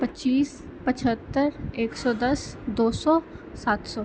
पचीस पचहत्तर एक सओ दस दो सओ सात सओ